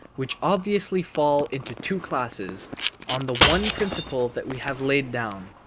which obviously fall into two classes on the one principle that we have laid down.